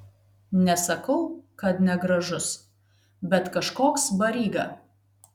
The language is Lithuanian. nesakau kad negražus bet kažkoks baryga